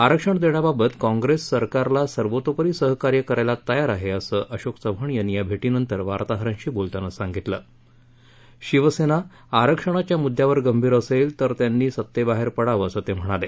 आरक्षण देण्याबाबत काँप्रेस सरकारला सर्वोतोपरी सहकार्य करायला तयार आहे असञिशोक चव्हाण यात्ती या भे निस्ते वार्ताहराधी बोलताना साधितल शिवसेना आरक्षणाच्या मुद्द्यावर गरीर असेल तर त्याप्ती सत्तेबाहेर पडावअिसत्तिम्हणाले